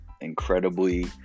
incredibly